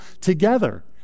together